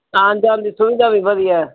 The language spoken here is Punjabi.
ਆਉਣ ਜਾਣ ਦੀ ਸੁਵਿਧਾ ਵੀ ਵਧੀਆ